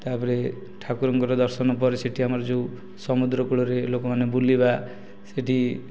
ତା'ପରେ ଠାକୁରଙ୍କର ଦର୍ଶନ ପରେ ସେଠି ଆମର ଯେଉଁ ସମୁଦ୍ରକୂଳରେ ଲୋକମାନେ ବୁଲିବା ସେଠି